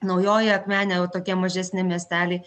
naujoji akmenė jau tokie mažesni miesteliai